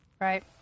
Right